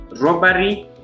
robbery